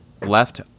left